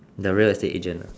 the real estate agent ah